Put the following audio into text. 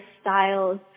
styles